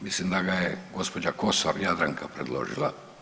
Mislim da ga je gospođa Kosor Jadranka predložila.